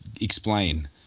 explain